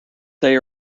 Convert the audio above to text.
they